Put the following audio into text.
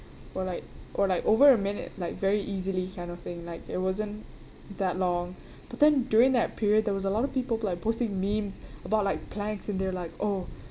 or like or like over a minute like very easily kind of thing like it wasn't that long but then during that period there was a lot of people like posting memes about like planks and they're like oh